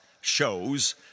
shows